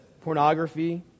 pornography